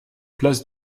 place